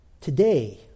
Today